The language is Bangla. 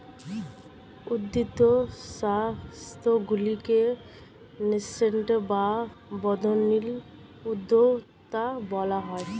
উঠতি সংস্থাগুলিকে ন্যাসেন্ট বা বর্ধনশীল উদ্যোক্তা বলা হয়